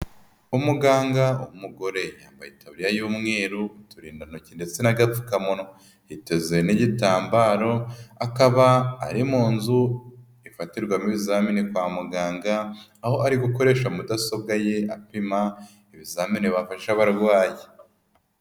Umuganga w'umugore yambaye y'umweru, uturindantoki ndetse n'agapfukamunwa, yiteze n'igitambaro akaba ari mu nzu ifatirwamo ibizamini kwa muganga, aho ari gukoresha mudasobwa ye apima ibizamini bafashe abarwayi.